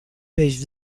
peix